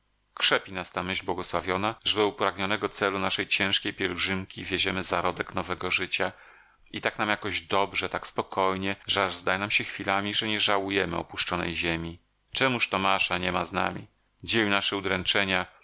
myśl błogosławiona że do upragnionego celu naszej ciężkiej pielgrzymki wieziemy zarodek nowego życia i tak nam jakoś dobrze tak spokojnie że aż zdaje nam się chwilami że nie żałujemy opuszczonej ziemi czemuż tomasza niema z nami dzielił nasze udręczenia